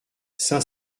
saint